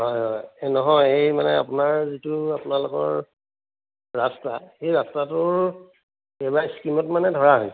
হয় হয় নহয় এই মানে আপোনাৰ যিটো আপোনালোকৰ ৰাস্তা সেই ৰাস্তাটোৰ এবাৰ স্কীমত মানে ধৰা হৈছে